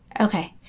okay